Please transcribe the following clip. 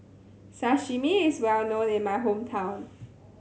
sashimi is well known in my hometown